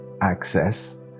access